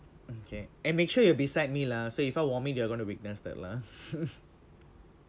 okay and make sure you're beside me lah so if I vomit you are gonna witness that lah